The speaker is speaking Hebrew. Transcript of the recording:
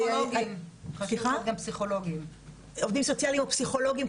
חשוב מאוד גם פסיכולוגים עובדים סוציאליים או פסיכולוגים,